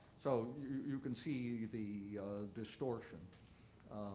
so you can see the distortion